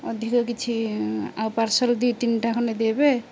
ଅଧିକ କିଛି ଆଉ ପାର୍ସଲ ଦୁଇ ତିନିଟା ଖଣ୍ଡେ ଦେବେ